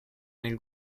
nel